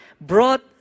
brought